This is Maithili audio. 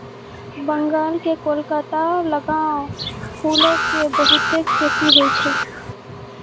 बंगाल के कोलकाता लगां फूलो के बहुते खेती होय छै